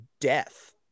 death